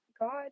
God